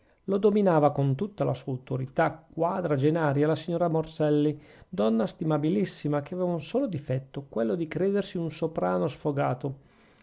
lo dominava con tutta la sua autorità quadragenaria la signora morselli donna stimabilissima che aveva un solo difetto quello di credersi un soprano sfogato